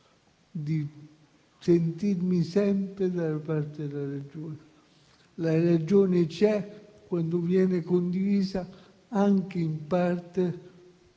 sentirmi sempre dalla parte della ragione. La ragione c'è quando viene condivisa, anche in parte,